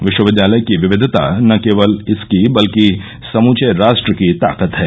विश्वविद्यालय की विविधता न केवल इसकी बल्कि समूचे राष्ट्र की ताकत है